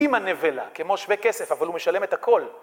עם הנבלה, כמו שווה כסף, אבל הוא משלם את הכל.